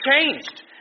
changed